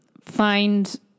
find